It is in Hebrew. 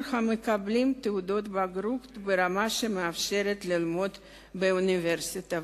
המקבלים תעודת בגרות ברמה המאפשרת ללמוד באוניברסיטה.